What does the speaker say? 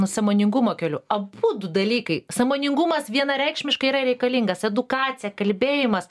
sąmoningumo keliu abudu dalykai sąmoningumas vienareikšmiškai yra reikalingas edukacija kalbėjimas